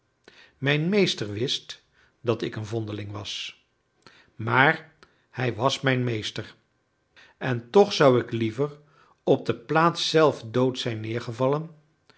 mijn meester wist dat ik een vondeling was maar hij was mijn meester en toch zou ik liever op de plaats zelf dood zijn